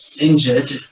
injured